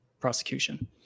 prosecution